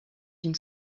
une